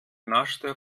naschte